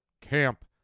Camp